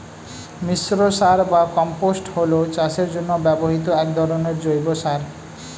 মিশ্র সার বা কম্পোস্ট হল চাষের জন্য ব্যবহৃত এক ধরনের জৈব সার